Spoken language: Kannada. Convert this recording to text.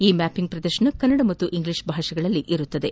ಈ ಮ್ಯಾಪಿಂಗ್ ಪ್ರದರ್ಶನ ಕನ್ನಡ ಮತ್ತು ಇಂಗ್ಲಿಷ್ ಭಾಷೆರಲ್ಲಿರಲಿದೆ